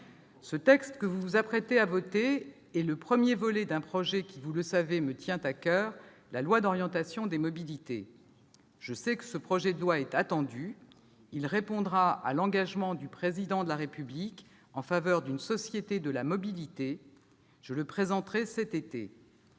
Le texte que vous vous apprêtez à voter est le premier volet d'un projet qui, vous le savez, me tient à coeur : le projet de loi d'orientation des mobilités. Je sais que celui-ci est attendu ; il traduira l'engagement du Président de la République en faveur d'une société de la mobilité ; je le présenterai cet été.